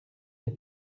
les